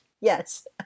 yes